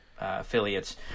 affiliates